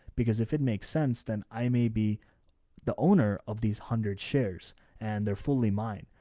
because if it makes sense, then i may be the owner of these hundred shares and they're fully mine.